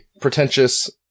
pretentious